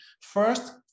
First